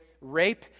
rape